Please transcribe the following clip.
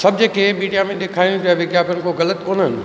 सभु जेके मीडिया में ॾेखारीनि पिया विज्ञापन को ग़लति कोन आहिनि